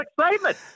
excitement